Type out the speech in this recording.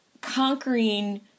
conquering